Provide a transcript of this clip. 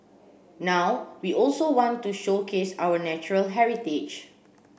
now we also want to showcase our natural heritage